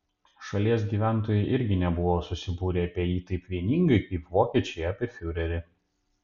šalies gyventojai irgi nebuvo susibūrę apie jį taip vieningai kaip vokiečiai apie fiurerį